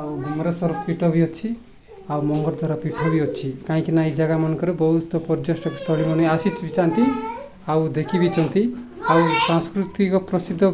ଆଉ ଅମରେଶ୍ଵର ପୀଠ ବି ଅଛି ଆଉ ମଙ୍ଗରଧାରା ପୀଠ ବି ଅଛି କାହିଁକିନା ଏହି ଜାଗାମାନଙ୍କରେ ବହୁତ ପର୍ଯ୍ୟଟକ ସ୍ଥଳୀମାନେ ଆସିଥାନ୍ତି ଆଉ ଦେଖି ବିିଛନ୍ତି ଆଉ ସାଂସ୍କୃତିକ ପ୍ରସିଦ୍ଧ